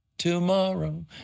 Tomorrow